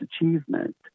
achievement